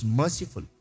merciful